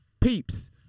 peeps